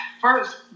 first